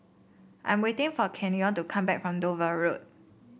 I am waiting for Kenyon to come back from Dover Road